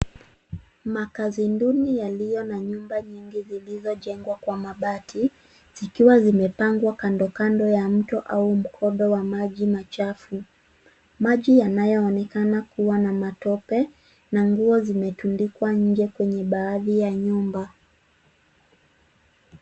Makaazi duni yaliyo na nyumba nyingi zilizojengwa kwa mabati. Zikiwa zimepangwa kando kando ya mto au mkondo wa maji machafu. Maji yanayoonekana kuwa na matope na nguo zimetundikwa nje kwenye baadhi ya nyumba.